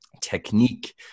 technique